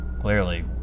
Clearly